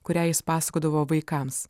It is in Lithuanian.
kurią jis pasakodavo vaikams